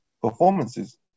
performances